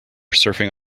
surfing